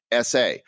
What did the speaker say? sa